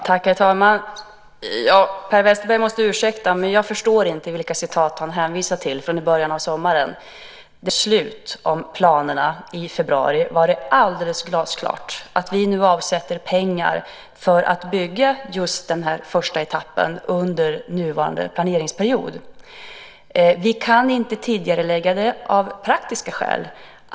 Herr talman! Per Westerberg måste ursäkta, men jag förstår inte vilka citat han hänvisar till från i början av sommaren. Ända sedan regeringen tog beslut om planerna i februari har det varit alldeles glasklart att vi nu avsätter pengar för att bygga just den här första etappen under nuvarande planeringsperiod. Av praktiska skäl kan vi inte tidigarelägga det.